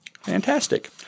Fantastic